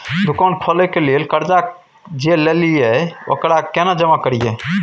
दुकान खोले के लेल कर्जा जे ललिए ओकरा केना जमा करिए?